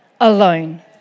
alone